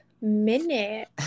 minute